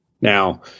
Now